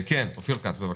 אופיר כץ, בבקשה.